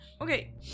okay